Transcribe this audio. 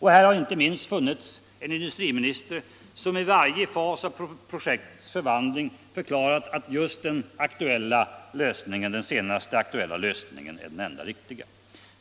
Här har inte minst funnits en industriminister som i varje fas av projektets förvandling förklarat att just den senast aktuella lösningen är den enda riktiga.